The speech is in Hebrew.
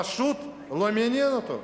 פשוט לא מעניין אותו.